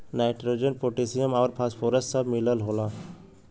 nitrogen potassium आउर phosphorus सब मिलल होला